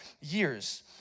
years